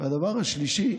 והדבר השלישי,